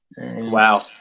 Wow